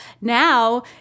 now